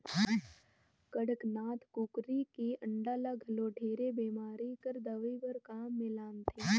कड़कनाथ कुकरी के अंडा ल घलो ढेरे बेमारी कर दवई बर काम मे लानथे